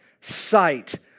sight